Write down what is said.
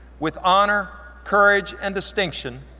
with honor, courage, and distinction,